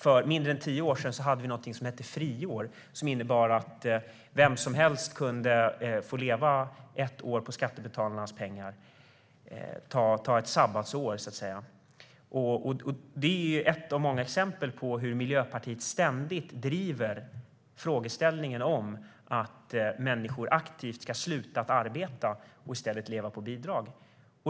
För mindre än tio år sedan hade vi någonting som hette friår och som innebar att vem som helst kunde få leva ett år på skattebetalarnas pengar, alltså ta ett sabbatsår. Det är ett av många exempel på hur Miljöpartiet ständigt driver frågan om att människor aktivt ska sluta arbeta och i stället leva på bidrag.